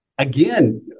Again